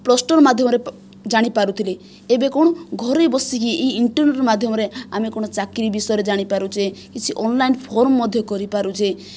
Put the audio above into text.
poster ମାଧ୍ୟମରେ ଜାଣିପାରୁଥିଲେ ଏବେ କ'ଣ ଘରେ ବସିକି ଏହି ଇଣ୍ଟରନେଟ ମାଧ୍ୟମରେ ଆମେ କ'ଣ ଚାକିରୀ ବିଷୟରେ ଜାଣିପାରୁଛେ କିଛି ଅନଲାଇନ ଫର୍ମ ମଧ୍ୟ କରିପାରୁଛେ